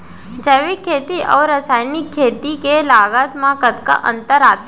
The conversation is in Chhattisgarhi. जैविक खेती अऊ रसायनिक खेती के लागत मा कतना अंतर आथे?